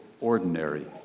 ordinary